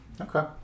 Okay